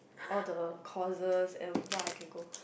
all the courses and what I can go